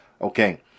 Okay